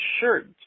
shirt